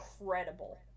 incredible